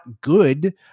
good